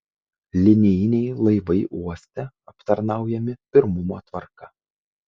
linijiniai laivai uoste aptarnaujami pirmumo tvarka